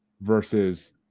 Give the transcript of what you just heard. versus